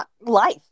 life